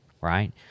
right